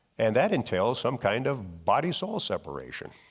and that entails some kind of body soul separation.